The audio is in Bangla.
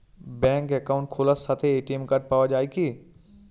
ব্যাঙ্কে অ্যাকাউন্ট খোলার সাথেই এ.টি.এম কার্ড পাওয়া যায় কি?